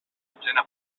dotzena